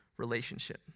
relationship